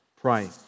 pray